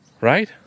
right